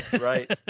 right